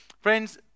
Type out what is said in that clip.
Friends